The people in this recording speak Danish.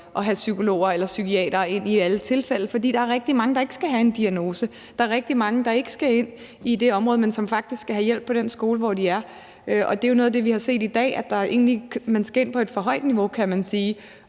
at have psykologer eller psykiatere ind i alle tilfælde. For der er rigtig mange, der ikke skal have en diagnose, der er rigtig mange, der ikke skal ind i det område, men som faktisk skal have hjælp på den skole, hvor de er. Og noget af det, vi ser i dag, er, at man kommer ind på et for højt niveau, kan man sige,